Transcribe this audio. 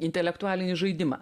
intelektualinį žaidimą